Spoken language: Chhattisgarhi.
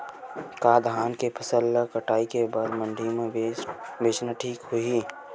का धान के फसल ल कटाई के बाद मंडी म बेचना ठीक होही?